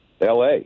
LA